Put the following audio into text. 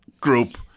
group